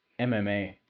mma